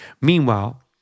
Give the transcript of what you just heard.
Meanwhile